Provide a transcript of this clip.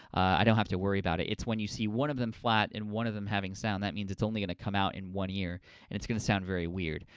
i don't have to worry about it. it's when you see one of them flat and one of them having sound, that means it's only gonna come out in one ear and it's gonna sound very weird.